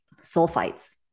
sulfites